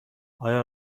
آیا